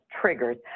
triggers